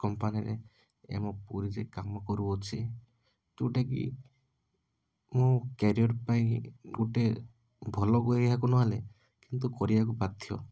କମ୍ପାନୀରେ ଏ ଆମ ପୁରୀରେ କାମ କରୁଅଛି ଯେଉଁଟାକି ମୋ କ୍ୟାରିଅର୍ ପାଇଁ ଗୋଟେ ଭଲ କହିବାକୁ ନହେଲେ କିନ୍ତୁ କରିବାକୁ ବାଧ୍ୟ